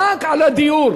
רק על הדיור,